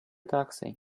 taxi